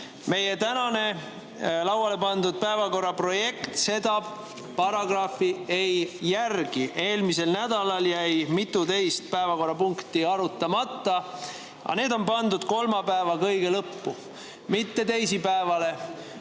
Meie tänane lauale pandud päevakorra projekt seda paragrahvi ei järgi. Eelmisel nädalal jäi mituteist päevakorrapunkti arutamata, aga need on pandud kolmapäevale kõige lõppu. Mitte teisipäevale